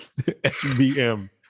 Sbm